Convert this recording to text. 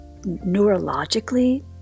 neurologically